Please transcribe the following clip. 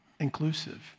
inclusive